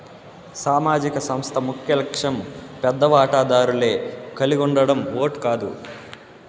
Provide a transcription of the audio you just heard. సామాజిక సంస్థ ముఖ్యలక్ష్యం పెద్ద వాటాదారులే కలిగుండడం ఓట్ కాదు